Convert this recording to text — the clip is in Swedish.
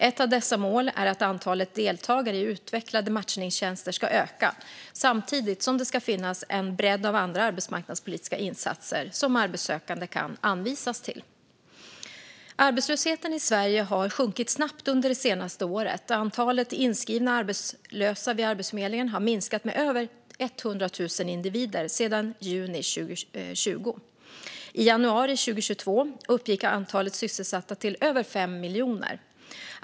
Ett av dessa mål är att antalet deltagare i utvecklade matchningstjänster ska öka samtidigt som det ska finnas en bredd av andra arbetsmarknadspolitiska insatser som arbetssökande kan anvisas till. Arbetslösheten i Sverige har sjunkit snabbt under det senaste året. Antalet inskrivna arbetslösa vid Arbetsförmedlingen har minskat med över 100 000 individer sedan juni 2020. I januari 2022 uppgick antalet sysselsatta till över 5 miljoner.